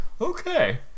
okay